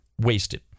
wasted